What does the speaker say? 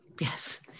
Yes